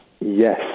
Yes